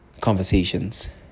conversations